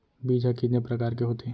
बीज ह कितने प्रकार के होथे?